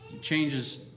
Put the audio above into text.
changes